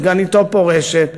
סגניתו פורשת.